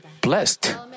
blessed